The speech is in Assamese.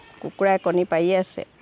কুকুৰাই কণী পাৰিয়ে আছে